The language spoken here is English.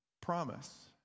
promise